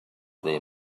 their